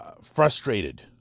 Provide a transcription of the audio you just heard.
frustrated